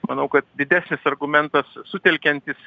manau kad didesnis argumentas sutelkiantis